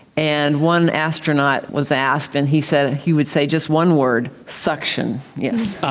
and one astronaut was asked and he said he would say just one word, suction. ah,